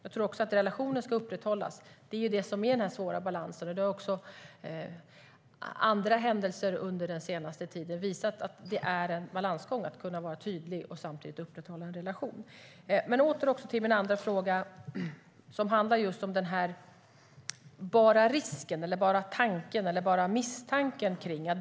Jag tror också att relationen behöver upprätthållas, och det är en svår balans. Också andra händelser under den senaste tiden har visat att det är en balansgång att kunna vara tydlig och samtidigt upprätthålla en relation. Men jag kommer åter till min andra fråga, som handlar just om bara risken eller bara tanken eller bara misstanken.